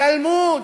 גלמוד,